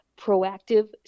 proactive